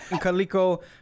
Kaliko